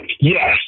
Yes